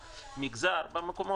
במגזר.